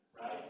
Right